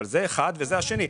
זה אחד וזה השני,